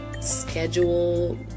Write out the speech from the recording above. schedule